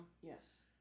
Yes